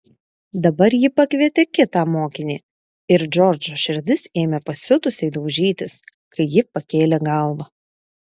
dabar ji pakvietė kitą mokinį ir džordžo širdis ėmė pasiutusiai daužytis kai ji pakėlė galvą